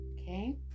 okay